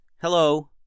hello